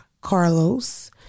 carlos